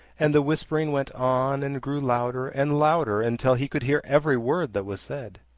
and the whispering went on and grew louder and louder, until he could hear every word that was said.